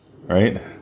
Right